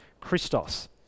Christos